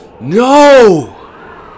No